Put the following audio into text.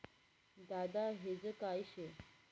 दादा हेज काय शे?